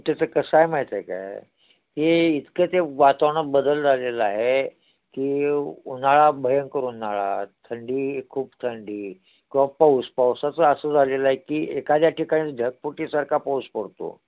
त्याचं कसं आहे माहीत आहे काय की इतकं ते वातावरणात बदल झालेला आहे की उन्हाळा भयंकर उन्हाळा थंडी खूप थंडी किंवा पाऊस पावसाचं असं झालेलं आहे की एखाद्या ठिकाणी ढगफुटीसारखा पाऊस पडतो